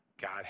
God